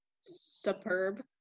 superb